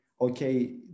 okay